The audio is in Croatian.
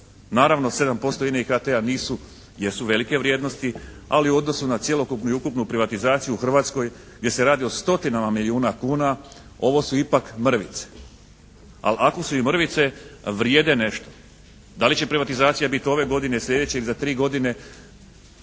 Naravno 7% Ine i HT-a nisu, jesu velike vrijednosti, ali u odnosu na cjelokupnu i ukupnu privatizaciju u Hrvatskoj gdje se radi o stotinama milijuna kuna ovo su ipak mrvice, ali ako su i mrvice vrijede nešto. Da li će privatizacija biti ove godine, sljedeće ili za tri godine,